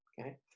okay